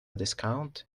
discount